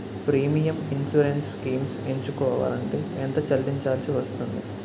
Premium insurance schemes ఎంచుకోవలంటే ఎంత చల్లించాల్సివస్తుంది??